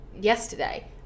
yesterday